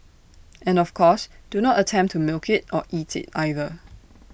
and of course do not attempt to milk IT or eat IT either